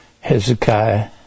Hezekiah